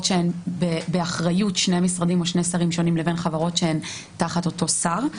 שהן באחריות שני משרדים או שני שרים שונים לבין חברות שהן תחת אותו שר.